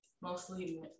mostly